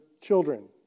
children